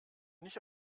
nicht